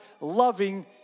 loving